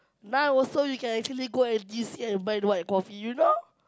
now also you can actually go N_T_U_C and buy white coffee you know